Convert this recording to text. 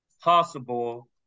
possible